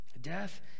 Death